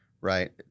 right